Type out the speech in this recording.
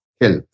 health